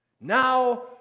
Now